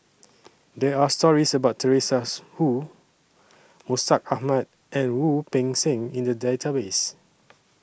There Are stories about Teresa Hsu Mustaq Ahmad and Wu Peng Seng in The Database